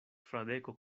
fradeko